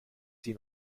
sie